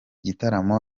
gitaramo